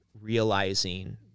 realizing